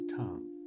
tongue